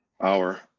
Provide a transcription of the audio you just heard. hour